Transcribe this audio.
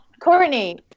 Courtney